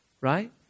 right